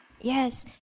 Yes